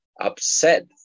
upset